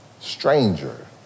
stranger